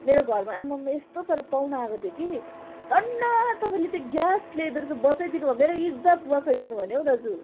मेरो घरमा आमामामा यस्तो साह्रो पाहुना आकोथ्यो कि धन्न तपाईँले त्यो ग्यास ल्याइदिएर चाहिँ बचाइदिनुभयो मेरो इज्जत बचाइदिनु भयो नि हौ दाजु